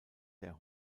der